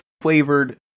flavored